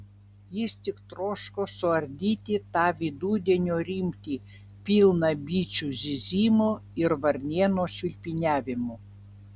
jis tik troško suardyti tą vidudienio rimtį pilną bičių zyzimo ir varnėno švilpiniavimų